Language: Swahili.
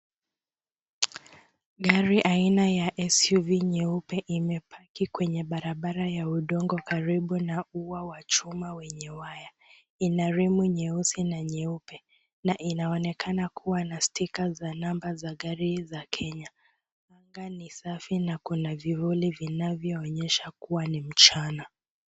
Gari aina ya SUV nyeupe imepaki kwenye barabara ya udongo karibu na ua wa chuma wenye waya. Ina rimu nyeusi na nyeupe na inaonekana kuwa na stika za namba za gari za Kenya. Anga ni safi na kuna vivuli vinavyoonyesha kuwa ni mchana.